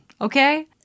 okay